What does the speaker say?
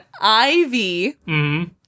Ivy